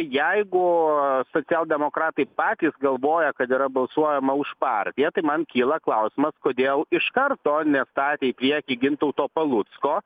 jeigu socialdemokratai patys galvoja kad yra balsuojama už partiją tai man kyla klausimas kodėl iš karto nestatė į priekį gintauto palucko